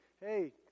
Hey